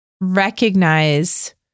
recognize